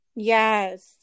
Yes